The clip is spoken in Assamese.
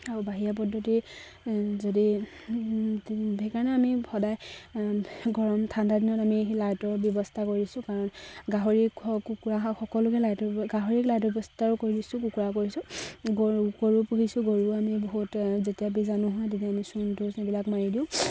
আৰু বাহিৰা পদ্ধতি যদি সেইকাৰণে আমি সদায় গৰম ঠাণ্ডা দিনত আমি লাইটৰ ব্যৱস্থা কৰিছোঁ কাৰণ গাহৰি হওক কুকুৰা হওক সকলোকে লাইটৰ গাহৰিক লাইটৰ ব্যৱস্থাও কৰিছোঁ কুকুৰা কৰিছোঁ গৰু গৰু পুহিছোঁ গৰুও আমি বহুত যেতিয়া এইবিলাক মাৰি দিওঁ